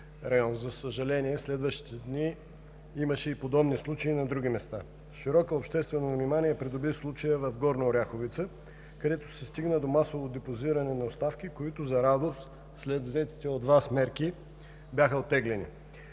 За съжаление, в следващите дни имаше подобни случаи и на други места. Широко обществено внимание придоби случаят в Горна Оряховица, където се стигна до масово депозиране на оставки, които, за радост, след взетите от Вас мерки бяха оттеглени.